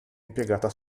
impiegata